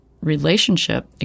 relationship